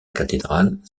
cathédrale